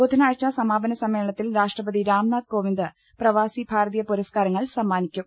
ബുധ നാഴ്ച സമാപന സമ്മേളനത്തിൽ രാഷ്ട്രപതി രാംനാഥ് കോവിന്ദ് പ്രവാസി ഭാരതീയ പുരസ്കാരങ്ങൾ സമ്മാനിക്കും